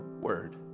word